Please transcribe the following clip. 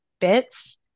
bits